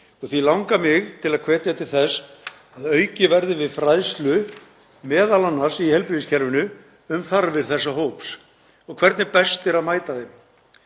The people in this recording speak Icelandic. og því langar mig til að hvetja til þess að aukið verði við fræðslu, m.a. í heilbrigðiskerfinu, um þarfir þessa hóps og hvernig best er að mæta honum.